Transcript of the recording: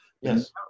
Yes